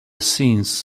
scenes